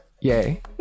Yay